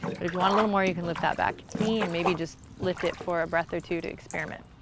but if you want a little more you can lift that back knee and maybe just lift it for a breath or two to experiment.